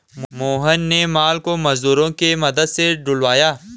मोहन ने माल को मजदूरों के मदद से ढूलवाया